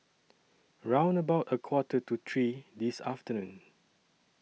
round about A Quarter to three This afternoon